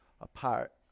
apart